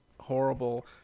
horrible